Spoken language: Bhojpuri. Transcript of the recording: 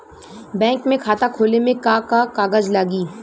बैंक में खाता खोले मे का का कागज लागी?